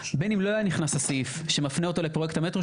בין אם לא היה נכנס הסעיף שמפנה אותו לפרויקט המטרו,